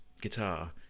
guitar